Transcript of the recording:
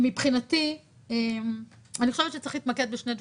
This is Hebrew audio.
מבחינתי אני חושבת שצריך להתמקד בשני דברים.